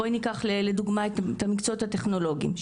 בואי ניקח לדוגמה את המקצועות הטכנולוגיים.